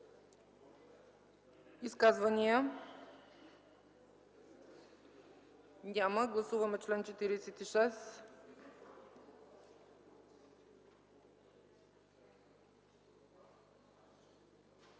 Изказвания? Няма. Гласуваме чл. 44